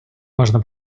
можна